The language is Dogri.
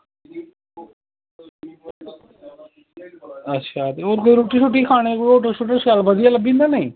होर रुट्टी खानै गी शैल बधिया लब्भी जंदा नी